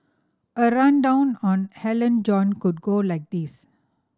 a rundown on Alan John could go like this